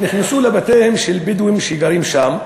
נכנסו לבתיהם של בדואים שגרים שם,